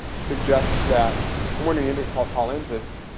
suggests that homo neanderthalensis,